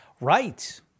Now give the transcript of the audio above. Right